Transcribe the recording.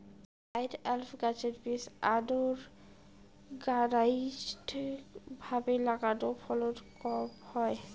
pineapple গাছের বীজ unorganized ভাবে লাগালে ফলন কম হয়